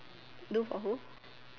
do for who